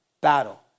battle